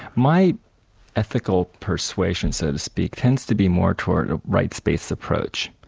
my ethical persuasion, so to speak, tends to be more towards a rights-based approach.